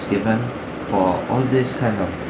for all this kind of